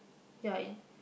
ya in